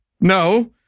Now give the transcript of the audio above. No